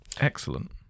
Excellent